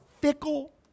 fickle